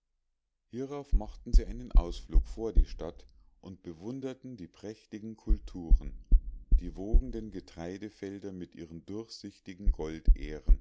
hierauf machten sie einen ausflug vor die stadt und bewunderten die prächtigen kulturen die wogenden getreidefelder mit ihren durchsichtigen